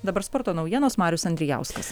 dabar sporto naujienos marius andrijauskas